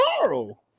tomorrow